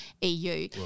EU